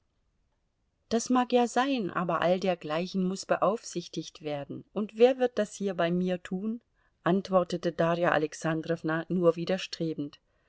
das mag ja sein aber all dergleichen muß beaufsichtigt werden und wer wird das hier bei mir tun antwortete darja alexandrowna nur widerstrebend